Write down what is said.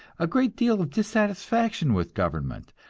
a great deal of dissatisfaction with government,